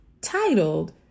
titled